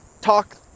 talk